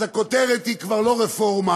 אז הכותרת היא כבר לא "רפורמה",